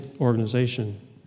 organization